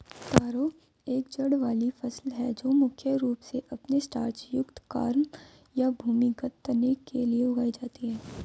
तारो एक जड़ वाली फसल है जो मुख्य रूप से अपने स्टार्च युक्त कॉर्म या भूमिगत तने के लिए उगाई जाती है